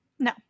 No